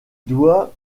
doit